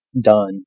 done